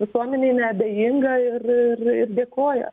visuomenė neabejinga ir ir ir dėkoja